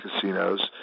casinos